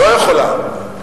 לא יכולה.